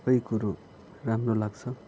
सबै कुरो राम्रो लाग्छ